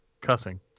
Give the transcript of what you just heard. cussing